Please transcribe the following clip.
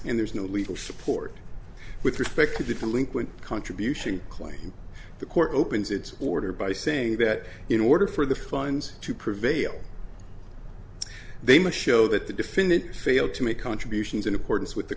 and there's no legal support with respect to the delinquency contribution claim the court opens its order by saying that in order for the funds to prevail they must show that the defendant failed to make contributions in accordance with the